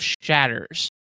shatters